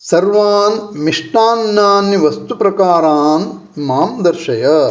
सर्वान् मिष्टान्नानि वस्तुप्रकारान् मां दर्शय